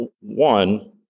One